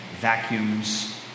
vacuums